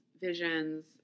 visions